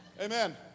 Amen